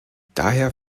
daher